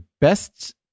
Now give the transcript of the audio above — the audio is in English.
best